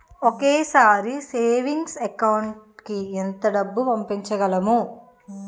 ఒకేసారి savings account కి ఎంత డబ్బు పంపించగలము?